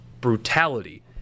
brutality